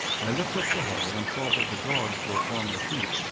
i looked up the hall, and saw that the dogs were upon their feet,